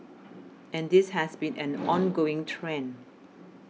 and this has been an ongoing trend